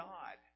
God